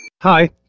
hi